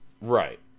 Right